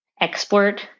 export